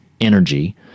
energy